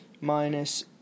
minus